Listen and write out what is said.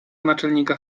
naczelnika